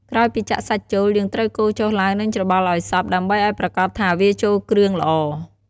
ក្រោយពីចាក់សាច់ចូល យើងត្រូវកូរចុះឡើង និងច្របល់ឱ្យសព្វ ដើម្បីប្រាកដថាវាចូលគ្រឿងល្អ។